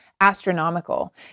astronomical